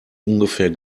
ungefähr